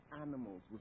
animals